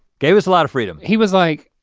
gave us a lot of freedom. he was like,